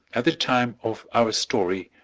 at the time of our story,